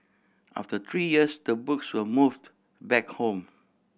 after three years the books were moved back home